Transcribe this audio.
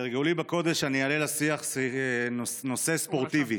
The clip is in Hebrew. כהרגלי בקודש אעלה לשיח נושא ספורטיבי,